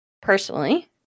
personally